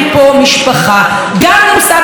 גם אם סבא וסבתא שלהם גרים פה,